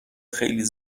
خیلی